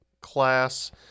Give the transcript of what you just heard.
class